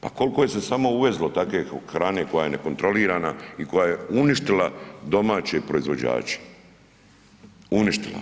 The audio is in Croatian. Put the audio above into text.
Pa koliko je se samo uvezlo takve hrane koja je nekontrolirana i koja je uništila domaće proizvođače, uništila.